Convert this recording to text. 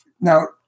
Now